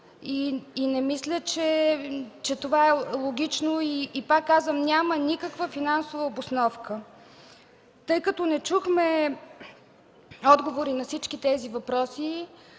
и не мисля, че това е логично. И пак казвам, няма никаква финансова обосновка. Тъй като не чухме отговори на всички тези въпроси,